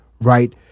Right